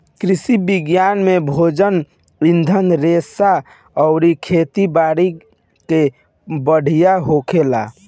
कृषि विज्ञान में भोजन, ईंधन रेशा अउरी खेती बारी के पढ़ाई होखेला